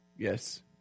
Yes